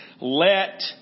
Let